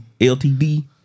LTD